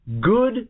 good